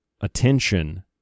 attention